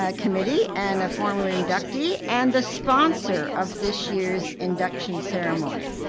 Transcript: ah committee and a former inductee, and the sponsor of this years induction ceremony.